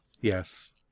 Yes